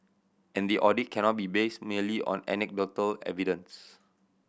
and the audit cannot be based merely on anecdotal evidence